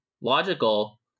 logical